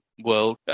world